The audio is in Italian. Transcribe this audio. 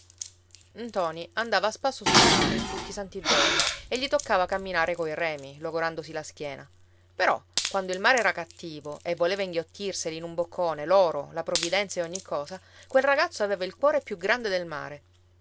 ntoni andava a spasso sul mare tutti i santi giorni e gli toccava camminare coi remi logorandosi la schiena però quando il mare era cattivo e voleva inghiottirseli in un boccone loro la provvidenza e ogni cosa quel ragazzo aveva il cuore più grande del mare